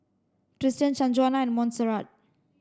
Tristan Sanjuana Montserrat